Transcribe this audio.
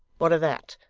what of that?